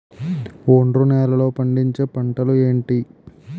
ఒండ్రు నేలలో పండించే పంటలు ఏంటి?